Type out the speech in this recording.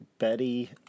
Betty